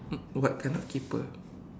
what kind of keeper